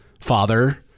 father